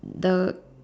the